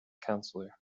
counselor